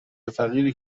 فقیری